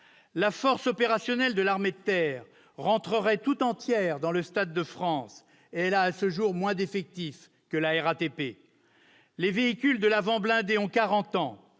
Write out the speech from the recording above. la force opérationnelle de l'armée de terre entrerait tout entière dans le Stade de France, elle compte moins d'effectifs que la RATP ! Les véhicules de l'avant blindé ont quarante